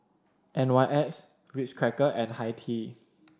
N Y X Ritz Crackers and Hi Tea